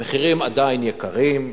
המחירים, עדיין יקרים,